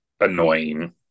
annoying